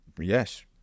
yes